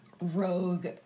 rogue